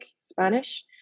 Spanish